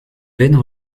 vaines